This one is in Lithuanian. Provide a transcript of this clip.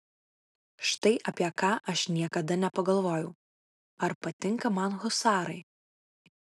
štai apie ką aš niekada nepagalvojau ar patinka man husarai